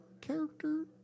character